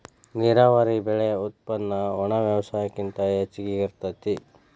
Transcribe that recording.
ನೇರಾವರಿ ಬೆಳೆ ಉತ್ಪನ್ನ ಒಣಬೇಸಾಯಕ್ಕಿಂತ ಹೆಚಗಿ ಇರತತಿ